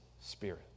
spirit